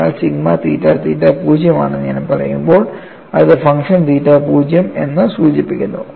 അതിനാൽ sigma theta theta 0 ആണെന്ന് ഞാൻ പറയുമ്പോൾ അത് ഫംഗ്ഷൻ തീറ്റ 0 എന്ന് സൂചിപ്പിക്കുന്നു